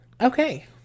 Okay